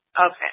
Okay